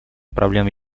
проблема